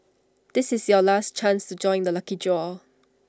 this is your last chance to join the lucky draw